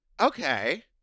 Okay